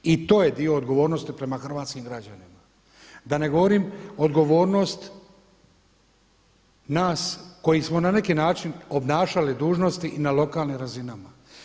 I to je dio odgovornosti prema hrvatskim građanima, da ne govorim odgovornost nas koji smo na neki način obnašali dužnosti i na lokalnim razinama.